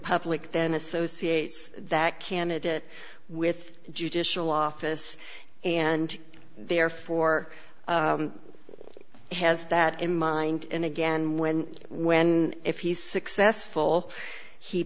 public then associates that candidate with judicial office and therefore has that in mind and again when when if he's successful he